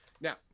Now